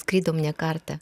skridom ne kartą